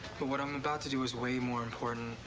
but what i'm about to do is way more important.